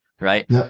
Right